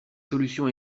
solutions